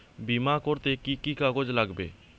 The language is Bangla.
বিমা করতে কি কি কাগজ লাগবে?